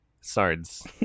SARDS